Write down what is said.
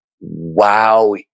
wow